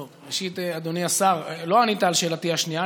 ראשית, אדוני השר, לא ענית על שאלתי השנייה.